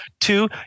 Two